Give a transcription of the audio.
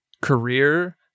career